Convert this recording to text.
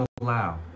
allow